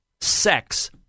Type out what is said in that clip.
sex